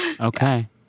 Okay